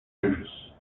anjos